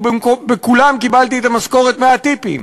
ובכולם קיבלתי את המשכורת מהטיפים.